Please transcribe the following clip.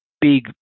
big